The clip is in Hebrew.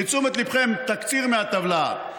לתשומת ליבכם, תקציר מהטבלה: